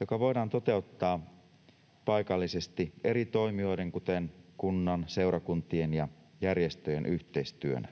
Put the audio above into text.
joka voidaan toteuttaa paikallisesti eri toimijoiden — kuten kunnan, seurakuntien ja järjestöjen — yhteistyönä.